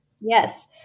Yes